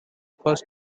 first